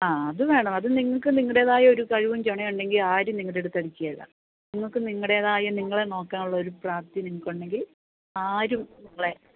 ആ അത് വേണം അത് നിങ്ങള്ക്ക് നിങ്ങളുടേതായ ഒരു കഴിവും ചൊണയുമുണ്ടെങ്കിൽ ആരും നിങ്ങളുടെ അടുത്ത് അടുക്കുകയില്ല നിങ്ങള്ക്ക് നിങ്ങളുടേതായ നിങ്ങളെ നോക്കാനുള്ളൊരു പ്രാപ്തി നിങ്ങള്ക്കുണ്ടെങ്കിൽ ആരും നിങ്ങളെ